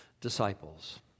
disciples